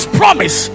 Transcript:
promise